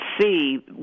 see